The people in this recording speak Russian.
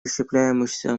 расщепляющемуся